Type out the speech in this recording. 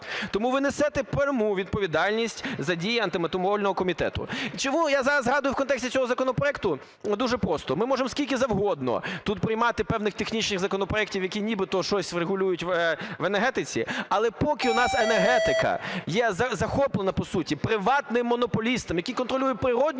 тому ви несете пряму відповідальність за дії Антимонопольного комітету. Чому я зараз згадую в контексті цього законопроекту? Дуже просто. Ми можемо скільки завгодно тут приймати певних технічних законопроектів, які нібито щось врегулюють в енергетиці, але поки у нас енергетика є захоплена, по суті, приватним монополістом, який контролює природну